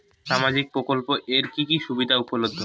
সামাজিক প্রকল্প এর কি কি সুবিধা উপলব্ধ?